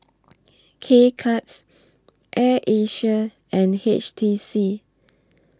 K Cuts Air Asia and H T C